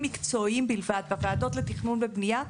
מקצועיים בלבד בוועדות לתכנון ובנייה,